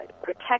protect